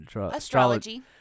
Astrology